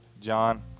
John